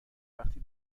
وقتی